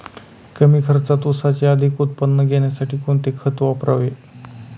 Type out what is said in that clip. कमी खर्चात ऊसाचे अधिक उत्पादन घेण्यासाठी कोणते खत वापरावे?